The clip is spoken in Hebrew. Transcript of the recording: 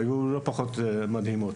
שהיו לא פחות מדהימות,